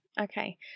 Okay